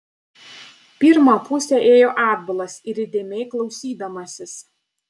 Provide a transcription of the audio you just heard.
pirmą pusę ėjo atbulas ir įdėmiai klausydamasis